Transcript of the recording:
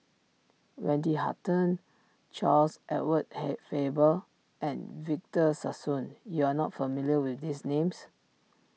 Wendy Hutton Charles Edward have Faber and Victor Sassoon you are not familiar with these names